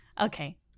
Okay